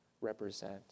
represent